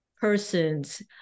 persons